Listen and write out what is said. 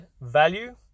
value